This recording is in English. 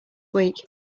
week